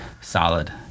solid